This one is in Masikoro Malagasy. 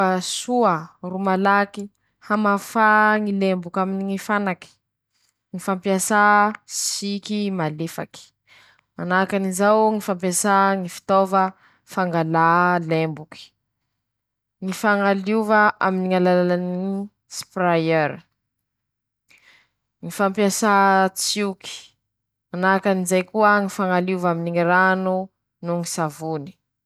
Hahasoa ro malaky hamafa ñy lemboky aminy ñy fanaky: -Ñy fampiasa siky malefaky, -Manahaky anizao ñy fampiasa ñy fitaova fangala lemboky, -Ñy fañaliova aminy ñ'alalany, -Ñy fampiasa tsioky, -Manahaky anizay koa ñy fañaliova aminy ñy rano noho ñy savony.